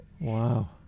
Wow